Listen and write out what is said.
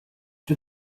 czy